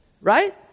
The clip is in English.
Right